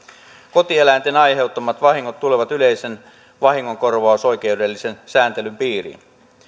kotieläinten aiheuttamat vahingot tulevat yleisen vahingonkorvausoikeudellisen sääntelyn piiriin